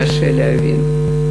קשה להבין.